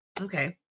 okay